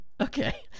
Okay